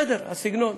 בסדר, הסגנון.